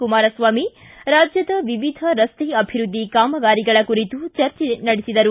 ಕುಮಾರಸ್ವಾಮಿ ರಾಜ್ಯದ ವಿವಿಧ ರಸ್ತೆ ಅಭಿವೃದ್ಧಿ ಕಾಮಗಾರಿಗಳ ಕುರಿತು ಚರ್ಚಿಸಿದರು